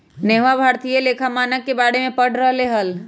नेहवा भारतीय लेखा मानक के बारे में पढ़ रहले हल